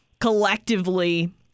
collectively